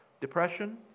depression